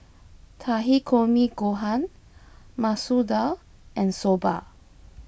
Takikomi Gohan Masoor Dal and Soba